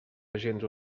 agents